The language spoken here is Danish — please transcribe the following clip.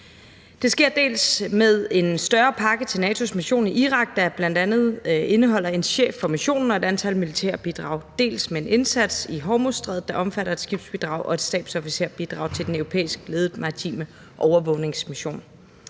Det sker dels med en større pakke til NATO's mission i Irak, der bl.a. indeholder en chef for missionen og et antal militære bidrag, dels med en indsats i Hormuzstrædet, der omfatter et skibsbidrag og et stabsofficerbidrag til den europæisk ledede maritime overvågningsmission.